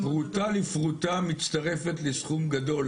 גדול --- פרוטה לפרוטה מצטרפת לסכום גדול.